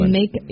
make